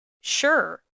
sure